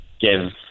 give